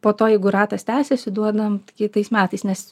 po to jeigu ratas tęsiasi duodam kitais metais nes